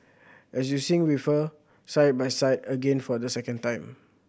and you sing with her side by side again for the second time